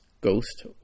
ghost